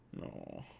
No